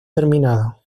terminado